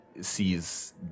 sees